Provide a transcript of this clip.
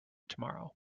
tomorrow